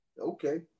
Okay